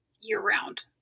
year-round